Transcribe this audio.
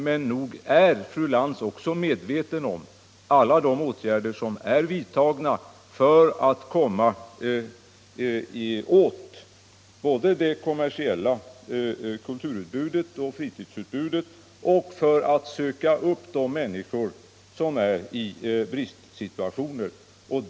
Men nog är väl fru Lantz medveten om alla de åtgärder som har vidtagits både för att komma åt det kommersiella kulturoch fritidsutbudet och för att söka upp de människor som befinner sig i bristsituationer.